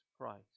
Christ